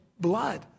blood